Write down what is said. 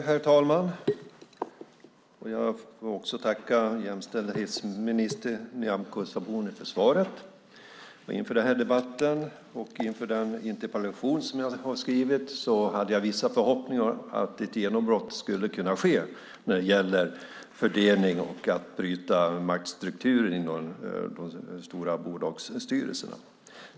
Herr talman! Jag vill tacka jämställdhetsminister Nyamko Sabuni för svaret. Inför den här debatten och inför den interpellation som jag har skrivit hade jag vissa förhoppningar om att ett genombrott skulle kunna ske när det gäller fördelning och att bryta maktstrukturen i de stora bolagens styrelser.